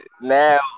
now